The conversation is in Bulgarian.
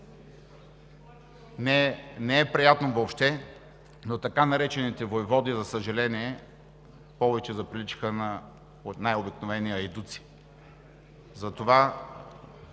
не е приятно въобще, но така наречените войводи, за съжаление повече заприличаха на най-обикновени айдуци.